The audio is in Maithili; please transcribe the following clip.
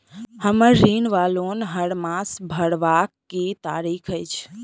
हम्मर ऋण वा लोन हरमास भरवाक की तारीख अछि?